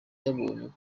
yabonye